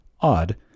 Odd